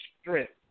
strength